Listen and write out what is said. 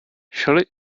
shelly